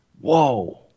Whoa